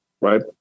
right